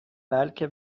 بلکه